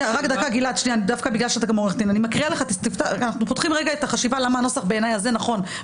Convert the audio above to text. אנחנו פותחים את החשיבה למה הנוסח הזה נכון,